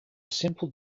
simple